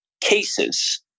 cases